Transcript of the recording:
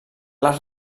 les